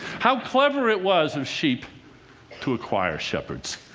how clever it was of sheep to acquire shepherds!